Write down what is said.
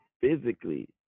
physically